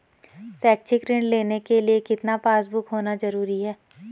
शैक्षिक ऋण लेने के लिए कितना पासबुक होना जरूरी है?